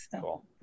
Cool